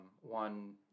one